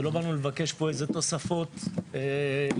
ולא באנו לבקש איזה תוספות למותרות.